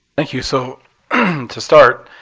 thank you. so to start,